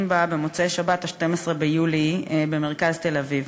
בה במוצאי-שבת 12 ביולי במרכז תל-אביב.